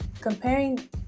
comparing